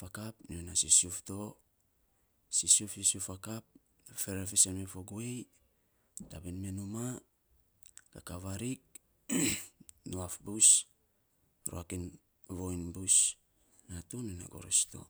fakap, nyo nai sisiuf to, sisiuf, sisiuf fakap ferera fiisen men fo guei, tabin mee numaa, kakaa varik nuaf bus, ruak en voiny bus, naa to nyo nai goros to.